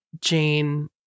Jane